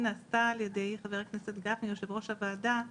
אנחנו יודעים מראש שנניח בתעשיית ההייטק ובעולם של תשתיות לאומיות,